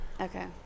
Okay